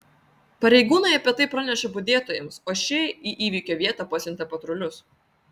pareigūnai apie tai pranešė budėtojams o šie į įvykio vietą pasiuntė patrulius